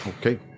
Okay